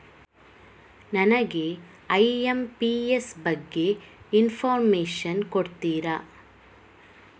ನನಗೆ ಐ.ಎಂ.ಪಿ.ಎಸ್ ಬಗ್ಗೆ ಇನ್ಫೋರ್ಮೇಷನ್ ಕೊಡುತ್ತೀರಾ?